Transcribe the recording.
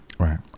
Right